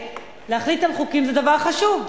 להחליט על חוקים זה דבר חשוב,